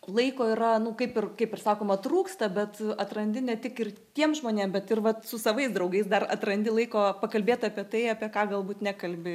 laiko yra nu kaip ir kaip ir sakoma trūksta bet atrandi ne tik ir tiem žmonėm bet ir vat su savais draugais dar atrandi laiko pakalbėt apie tai apie ką galbūt nekalbi